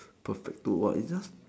perfect to !wah! it's just